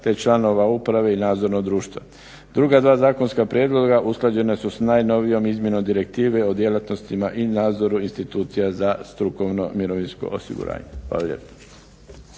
te članova uprave i nadzornog društva. Druga dva zakonska prijedloga usklađena su s najnovijom izmjenom direktive o djelatnostima i nadzoru institucija za strukovno mirovinsko osiguranje.